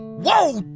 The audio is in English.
whoa!